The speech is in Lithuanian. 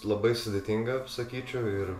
labai sudėtinga sakyčiau ir